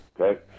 okay